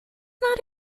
not